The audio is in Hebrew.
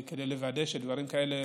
כדי לוודא שדברים כאלה,